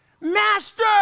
Master